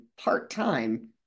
part-time